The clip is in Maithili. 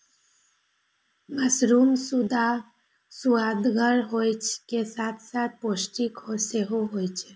मशरूम सुअदगर होइ के साथ साथ पौष्टिक सेहो होइ छै